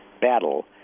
battle